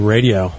Radio